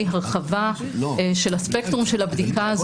הרחבה של הספקטרום של הבדיקה הזאת,